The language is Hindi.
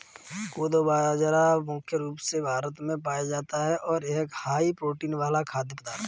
कोदो बाजरा मुख्य रूप से भारत में पाया जाता है और यह हाई प्रोटीन वाला खाद्य पदार्थ है